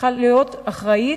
שצריכה להיות אחראית.